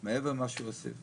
מעבר למה שהוא הוסיף.